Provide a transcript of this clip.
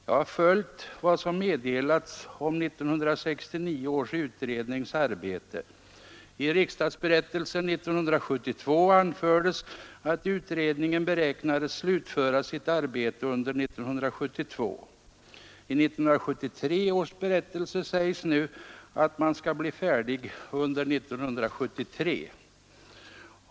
Jag har följt vad som meddelats om 1969 års utrednings arbete. I riksdagsberättelsen 1972 anfördes att utredningen beräknades slutföra sitt arbete under 1972. I 1973 års berättelse sägs att utredningen skall bli färdig under 1973.